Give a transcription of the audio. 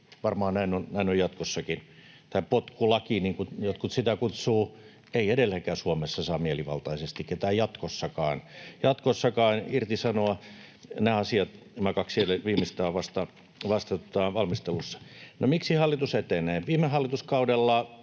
varmaan näin on jatkossakin. Tämä potkulaki, niin kuin jotkut sitä kutsuvat: ei edelleenkään Suomessa saa, jatkossakaan, mielivaltaisesti ketään irtisanoa. Nämä kaksi viimeistä asiaa ovat vasta valmistelussa. No, miksi hallitus etenee? Viime hallituskaudella